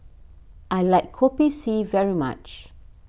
I like Kopi C very much